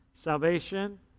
salvation